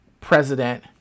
president